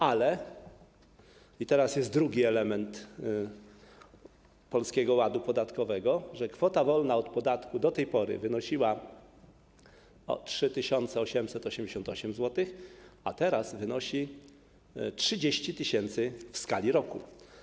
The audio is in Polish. Ale - i teraz jest drugi element Polskiego Ładu podatkowego - kwota wolna od podatku do tej pory wynosiła 3888 zł, a teraz wynosi 30 tys. w skali roku.